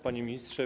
Panie Ministrze!